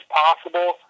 possible